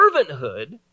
servanthood